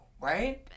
right